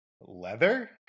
leather